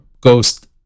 Ghost